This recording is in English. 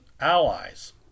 allies